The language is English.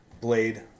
Blade